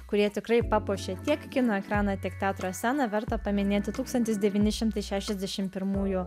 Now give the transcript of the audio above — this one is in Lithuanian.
kurie tikrai papuošė tiek kino ekraną tiek teatro sceną verta paminėti tūkstantis devyni šimtai šešiasdešimt pirmųjų